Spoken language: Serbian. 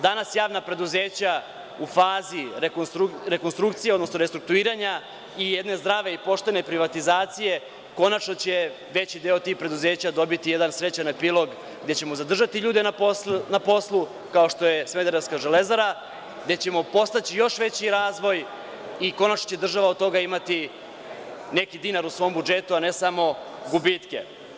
Danas javna preduzeća u fazi rekonstrukcije, odnosno restrukturiranja i jedne zdrave i poštene privatizacije, konačno će veći deo tih preduzeća dobiti jedan srećan epilog gde ćemo zadržati ljude na poslu, kao što je „Smederevska železara“, gde ćemo podstaći još veći razvoj i konačno će država od toga imati neki dinar u svom budžetu, a ne samo gubitke.